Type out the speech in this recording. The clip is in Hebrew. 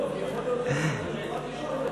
לא, אני רוצה להבין כי יכול להיות,